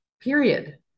period